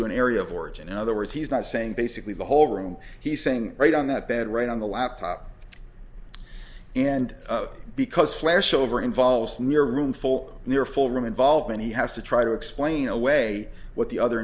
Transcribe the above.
to an area of origin in other words he's not saying basically the whole room he's saying right on the bed right on the laptop and because flashover involves near a room full near full room involvement he has to try to explain away what the other